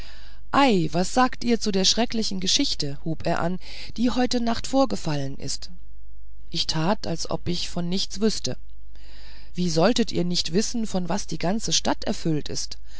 ei was sagt ihr zu der schrecklichen geschichte hub er an die heute nacht vorgefallen ist ich tat als ob ich von nichts wüßte wie solltet ihr nicht wissen von was die ganze stadt erfüllt ist